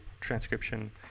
transcription